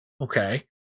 Okay